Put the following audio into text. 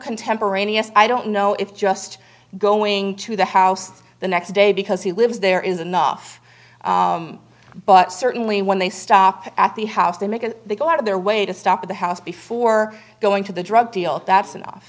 contemporaneous i don't know if just going to the house the next day because he lives there is enough but certainly when they stop at the house they make and they go out of their way to stop at the house before going to the drug deal that's enough